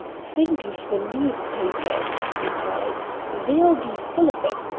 think of the newspapers, he cried they'll be full of it!